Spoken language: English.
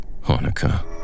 Hanukkah